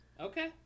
Okay